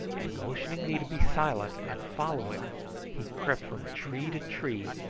and motioning me to be silent and follow him he crept from tree to tree,